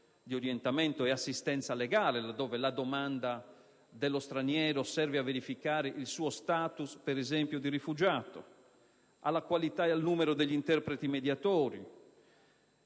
di orientamento e di assistenza legale - laddove la domanda dello straniero serve a verificare, per esempio, il suo *status* di rifugiato - alla qualità e al numero degli interpreti mediatori,